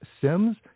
Sims